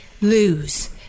lose